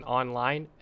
online